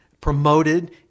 promoted –